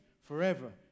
forever